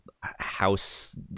house